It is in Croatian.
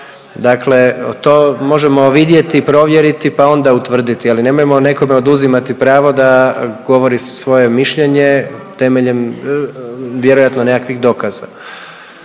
Dakle, to možemo vidjeti, provjeriti pa onda utvrditi, ali nemojmo nekome oduzimati pravo da govori svoje mišljenje temeljem vjerojatno nekakvih dokaza.